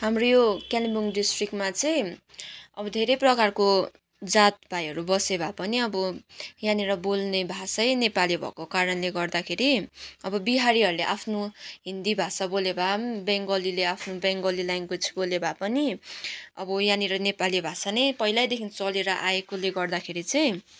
हाम्रो यो कालिम्पोङ डिस्ट्रिक्टमा चाहिँ अब धेरै प्रकारको जात भाइहरू बसे भए पनि अब यहाँनिर बोल्ने भाषै नेपाली भएको कारणले गर्दाखेरि अब बिहारीहरूले आफ्नो हिन्दी भाषा बोले भए पनि बेङ्गलीले आफ्नो बेङ्गली ल्याङ्वेज बोले भए पनि अब यहाँनिर नेपाली भाषा नै पहिलादेखि चलेर आएकोले गर्दाखेरि चाहिँ